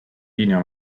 linea